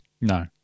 No